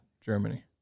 Germany